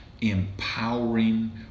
empowering